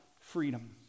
freedom